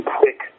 quick